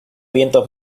vientos